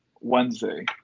Wednesday